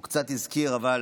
הוא קצת הזכיר, אבל